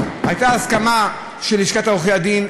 הייתה הסכמה של לשכת עורכי הדין,